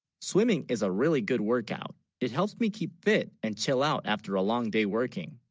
swimming is a really good workout it helps me keep fit and chill out after a long day working